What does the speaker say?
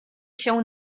się